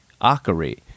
Akari